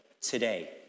today